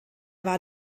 war